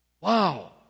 Wow